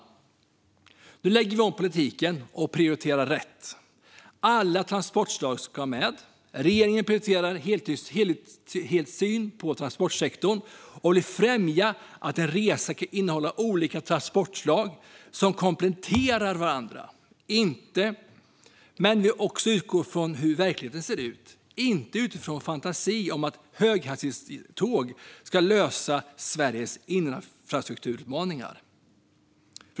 Nu lägger vi om politiken och prioriterar rätt. Alla transportslag ska med. Regeringen prioriterar en helhetssyn på transportsektorn och vill främja att en resa kan innehålla olika transportslag som kompletterar varandra. Man måste utgå från hur verkligheten ser ut, inte från en fantasi om att höghastighetståg ska lösa Sveriges infrastrukturutmaningar.